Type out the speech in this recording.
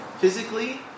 physically